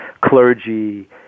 clergy